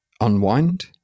unwind